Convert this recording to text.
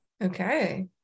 Okay